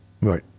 Right